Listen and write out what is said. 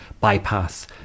bypass